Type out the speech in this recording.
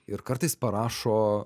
ir kartais parašo